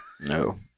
No